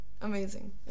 amazing